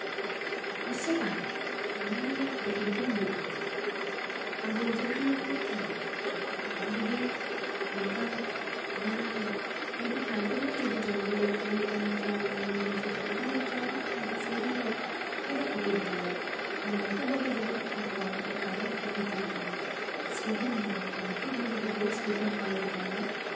ᱦᱤᱥᱟᱹᱯ ᱟᱞᱮ ᱚᱱᱟ ᱫᱚ ᱤᱧᱟᱹᱜ ᱰᱮᱞᱤ ᱨᱩᱴᱤᱱ ᱦᱩᱭᱩᱜ ᱠᱟᱱ ᱛᱤᱧᱟᱹ ᱟᱫᱚ ᱡᱮᱞᱮᱠᱟ ᱦᱩᱭᱩᱜ ᱠᱟᱱᱟ ᱠᱷᱮᱞᱚᱜ ᱟᱵᱚ ᱡᱩᱫᱤ ᱱᱚᱝᱠᱟ ᱦᱟᱱᱟ ᱱᱚᱣᱟ ᱡᱩᱫᱤ ᱯᱷᱟᱞᱛᱩ ᱡᱤᱱᱤᱥ ᱡᱩᱫᱤ ᱵᱚᱱ ᱡᱚᱢ ᱵᱚ ᱪᱮᱫ ᱠᱟ ᱦᱩᱭᱩᱜ ᱠᱟᱱᱟ ᱪᱟᱣᱢᱤᱱ ᱵᱷᱮᱡᱤᱴᱮᱵᱚᱞ ᱚᱱᱟ ᱠᱚᱫᱚ ᱡᱚᱢ ᱵᱚ ᱥᱚᱨᱤᱨ ᱦᱚᱸ ᱡᱩᱫᱤ ᱠᱷᱚᱛᱤ ᱨᱮᱠᱟᱭᱮ ᱢᱟᱱᱮ ᱱᱤᱛᱚᱜ ᱵᱟᱵᱚ ᱵᱩᱡᱟ ᱯᱚᱨᱚᱵᱚᱨᱛᱤ ᱠᱟᱞᱨᱮ ᱟᱵᱚ ᱠᱷᱚᱛᱤ ᱦᱩᱭᱩᱜ ᱛᱟᱵᱚ ᱥᱮᱭᱜᱮ ᱢᱮᱱᱫᱟᱹᱧ ᱱᱤᱛᱚᱜ ᱡᱩᱫᱤ ᱵᱮᱥ ᱨᱩᱴᱤᱱ ᱯᱷᱚᱞᱳ ᱞᱮᱠᱷᱟᱭᱟ ᱵᱚ